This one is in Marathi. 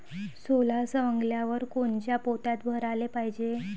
सोला सवंगल्यावर कोनच्या पोत्यात भराले पायजे?